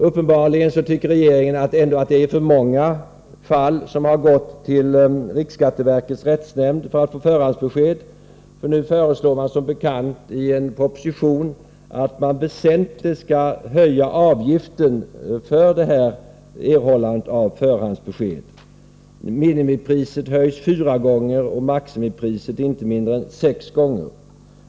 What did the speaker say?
Uppenbarligen tycker regeringen ändå att det är för många fall som har gått till riksskatteverkets rättsnämnd för att få förhandsbesked, för nu föreslår man som bekant i en proposition att man väsentligt skall höja avgiften för detta erhållande av förhandsbesked. Minimipriset höjs fyra gånger och maximipriset inte mindre än sex gånger.